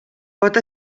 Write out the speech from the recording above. pot